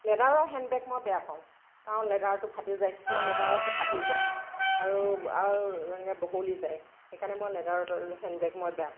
লেডাৰৰ hand bag মই বেয়া পাওঁ কাৰণ লেডাৰটো ফাটি যায় কিছুমান লেডাৰ আছে ফাটি যায় আৰু এনেকে বহলি যায় সেইকাৰণে মই লেডাৰৰ হেণ্ড বেগ মই বেয়া পাওঁ